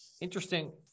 interesting